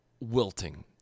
wilting